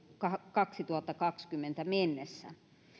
kaksituhattakaksikymmentä mennessä